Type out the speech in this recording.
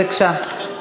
בבקשה.